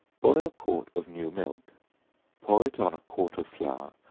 boil a quart of new milk pour it on a quart of flour,